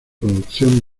producción